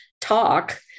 talk